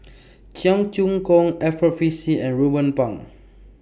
Cheong Choong Kong Alfred Frisby and Ruben Pang